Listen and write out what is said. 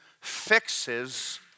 fixes